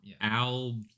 Al